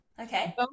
Okay